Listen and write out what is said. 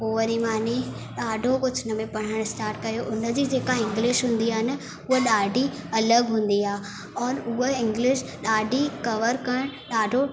पोइ वरी माने ॾाढो कुझु हिनमें पढ़ण स्टाट कयो उनजी जेका इंग्लिश हूंदी आहे हूअ ॾाढी अलॻि हूंदी आहे और हूअ इंग्लिश ॾाढी कवर करणु ॾाढी ॾाढो